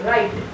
Right